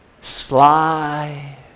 Sly